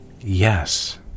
Yes